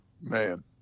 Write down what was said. man